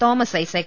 Thomas Isaac